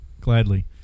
Gladly